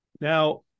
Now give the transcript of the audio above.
now